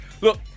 look